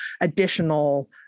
additional